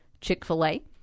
Chick-fil-A